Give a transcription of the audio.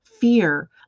fear